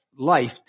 Life